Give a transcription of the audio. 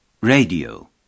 Radio